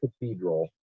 Cathedral